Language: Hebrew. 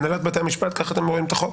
הנהלת בתי המשפט, כך אתם רואים את החוק?